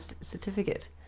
certificate